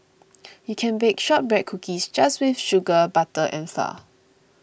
you can bake Shortbread Cookies just with sugar butter and flour